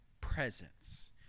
presence